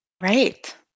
Right